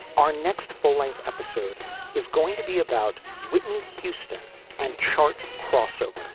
our next full length episode is going to be about whitney houston and chart crossover.